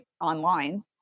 online